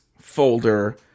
folder